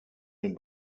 den